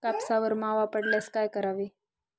कापसावर मावा पडल्यास काय करावे?